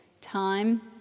time